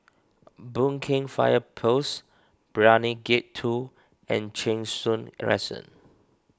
Boon Keng Fire Post Brani Gate two and Cheng Soon Crescent